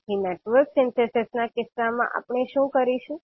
તેથી network synthesis ના કિસ્સામાં આપણે શું કરીશું